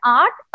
art